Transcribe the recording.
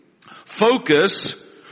focus